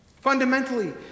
Fundamentally